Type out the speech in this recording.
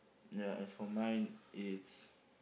ya as for mine it's